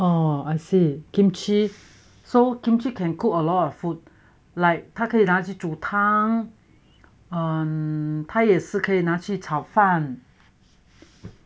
oh I see kimchi so kimchi can cook a lot of food like 它可以拿去煮汤哦他也是可以拿去炒饭